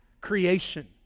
creation